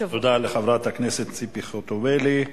תודה לחברת הכנסת ציפי חוטובלי.